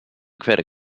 credit